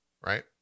right